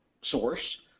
source